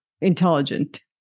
intelligent